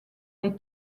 les